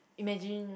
imagine